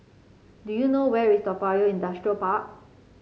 do you know where is Toa Payoh Industrial Park